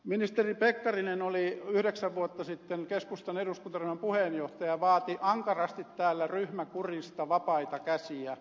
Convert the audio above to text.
ministeri pekkarinen oli yhdeksän vuotta sitten keskustan eduskuntaryhmän puheenjohtaja ja vaati ankarasti täällä ryhmäkurista vapaita käsiä